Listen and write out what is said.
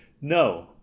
No